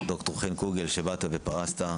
ד"ר חן קוגל, שבאמת ופרסת.